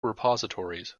repositories